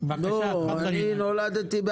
אני חושבת שצריך לתרגם את כל המסמכים הרשמיים האלה